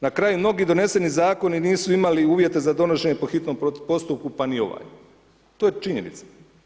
Na kraju mnogi doneseni zakoni nisu imali uvjete za donošenje po hitnom postupku pa ni ovaj, to je činjenica.